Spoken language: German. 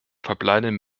verbleibenden